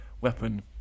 weapon